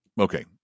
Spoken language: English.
okay